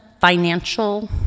financial